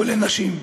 כולל נשים.